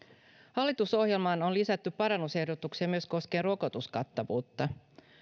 hallitusohjelmaan on lisätty parannusehdotuksia myös koskien rokotuskattavuutta